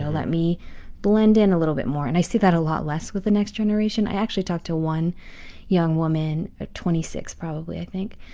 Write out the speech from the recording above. ah let me blend in a little bit more. and i see that a lot less with the next generation. i actually talked to one young woman, like ah twenty six probably, i think.